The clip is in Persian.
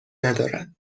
ندارد